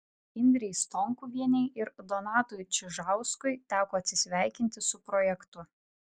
indrei stonkuvienei ir donatui čižauskui teko atsisveikinti su projektu